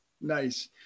Nice